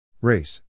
race